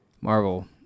Marvel